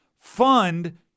fund